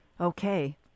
Okay